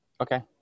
Okay